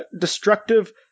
destructive